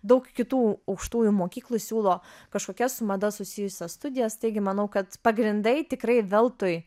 daug kitų aukštųjų mokyklų siūlo kažkokias su mada susijusias studijas taigi manau kad pagrindai tikrai veltui